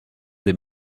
des